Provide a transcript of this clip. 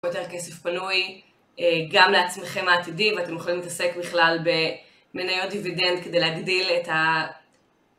יותר כסף פנוי, אה, גם לעצמכם העתידיים, ואתם יכולים להתעסק בכלל ב...מניות דיוידנד כדי להגדיל את ה...